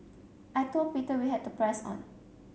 I told Peter we had to press on